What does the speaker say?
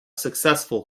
successful